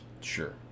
Sure